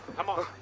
come on.